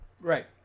Right